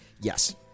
Yes